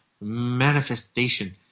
manifestation